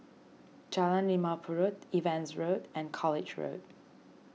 Jalan Limau Purut Evans Road and College Road